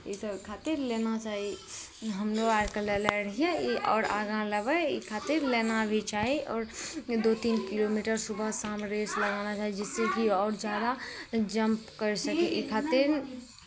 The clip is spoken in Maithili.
इसभ खातिर लेना चाही हमहूँ आरके लेने रहियै ई आओर आगाँ लेबै एहि खातिर लेना भी चाही आओर दू तीन किलोमीटर सुबह शाम रेस लगाना चाही जिससे कि आओर जादा जम्प करि सकै ई खातिर